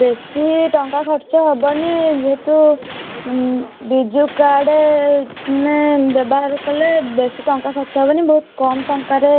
ବେଶୀ ଟଙ୍କା ଖର୍ଚ୍ଚ ହବନି ଏ ଯେହେତୁ ବିଜୁ କାର୍ଡ଼େ ମାନେ ବ୍ୟବହାର କଲେ ବେଶୀ ଟଙ୍କା ଖର୍ଚ୍ଚ ହବନି ବହୁତ କମ୍ ଟଙ୍କାରେ